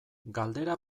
galdera